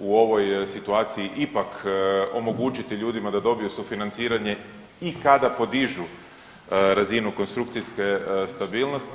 u ovoj situaciji ipak omogućiti ljudima da dobiju sufinanciranje i kada podižu razinu konstrukcijske stabilnosti.